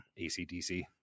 acdc